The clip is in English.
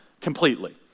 completely